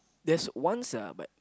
there's once ah but